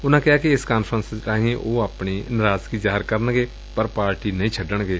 ਉਨਾਂ ਕਿਹਾ ਕਿ ਇਸ ਕਾਨਫਰੰਸ ਰਾਹੀਂ ਉਹ ਆਪਣੀ ਨਰਾਜ਼ਗੀ ਜ਼ਾਹਿਰ ਕਰਨਗੇ ਪਰ ਪਾਰਟੀ ਨਹੀਂ ਛੱਡਣਗੇ